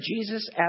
jesus